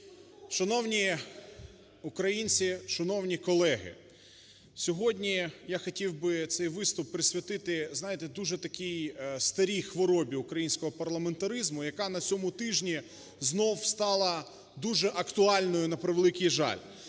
Шановні українці! Шановні колеги! Сьогодні я хотів би цей виступ присвятити, знаєте, дуже такій старій хворобі українського парламентаризму, яка на цьому тижні знов стала дуже актуальною, на превеликий жаль.